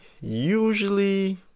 usually